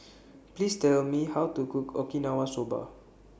Please Tell Me How to Cook Okinawa Soba